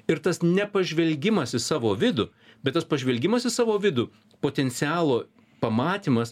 ir tas nepažvelgimas į savo vidų bet tas pažvelgimas į savo vidų potencialo pamatymas